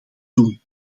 doen